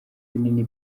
binini